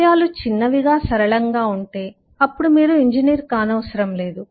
విషయాలు చిన్నవిగా సరళంగా ఉంటే అప్పుడు మీరు ఇంజనీర్ కానవసరం లేదు